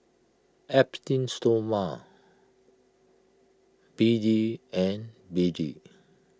teem Stoma B D and B D